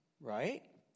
Right